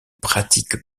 pratiques